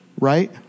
right